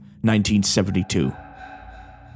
1972